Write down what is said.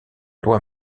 loi